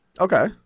Okay